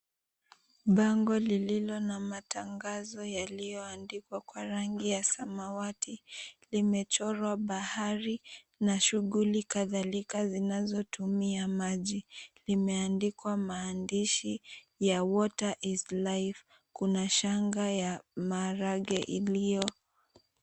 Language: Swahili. Bango lililo na matangazo yalioandikwa kwa rangi ya samawati, limechorwa bahari na shughuli kadhalika zinazotumia maji. Limeandikwa maandishi ya Water is Life. Kuna shanga ya maharagwe iliyoko.